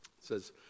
says